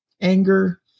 anger